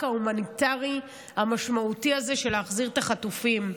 ההומניטרי המשמעותי הזה של החזרת החטופים.